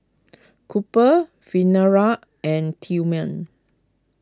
Cooper Venare and Tillman